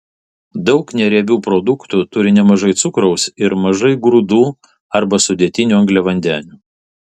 daug neriebių produktų turi nemažai cukraus ir mažai grūdų arba sudėtinių angliavandenių